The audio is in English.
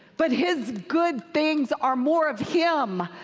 but his good things are more of him,